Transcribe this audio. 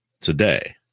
today